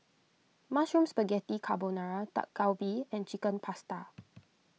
Mushroom Spaghetti Carbonara Dak Galbi and Chicken Pasta